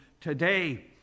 today